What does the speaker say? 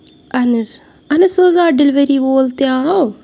اَہن حظ اَہن حظ سُہ حظ آو ڈیٚلؤری وول تہِ آو